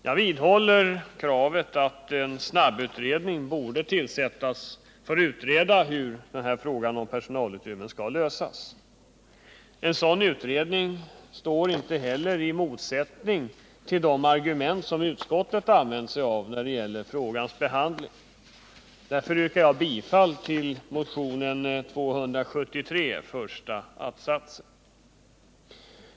Jag vidhåller kravet att en snabbutredning borde tillsättas för att utreda hur frågan om personalutrymmen skall lösas. En sådan utredning står heller inte i motsättning till de argument som utskottet har använt sig av när det gäller frågans behandling. Jag yrkar därför bifall till motionen 273, första attsatsen.